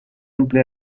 emplea